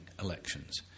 elections